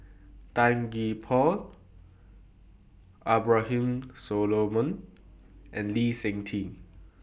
Tan Gee Paw Abraham Solomon and Lee Seng Tee